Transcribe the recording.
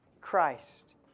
Christ